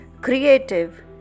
creative